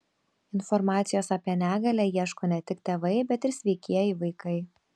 informacijos apie negalią ieško ne tik tėvai bet ir sveikieji vaikai